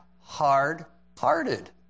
Hard-hearted